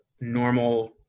normal